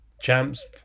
champs